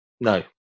No